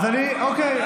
אוקיי,